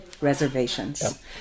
reservations